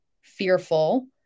fearful